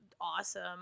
Awesome